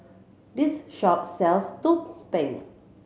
this shop sells tu peng